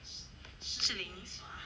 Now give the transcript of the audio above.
士林